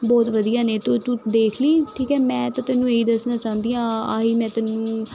ਬਹੁਤ ਵਧੀਆ ਨੇ ਤੂੰ ਤੂੰ ਦੇਖ ਲਈ ਠੀਕ ਹੈ ਮੈਂ ਤਾਂ ਤੈਨੂੰ ਇਹੀ ਦੱਸਣਾ ਚਾਹੁੰਦੀ ਹਾਂ ਆਹੀਂ ਮੈਂ ਤੈਨੂੰ